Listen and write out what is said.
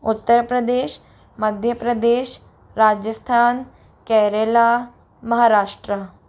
Uttar Pradesh Madhya Pradesh Rajasthan Kerala Maharashtra